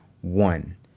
one